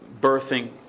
birthing